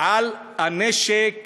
על הנשק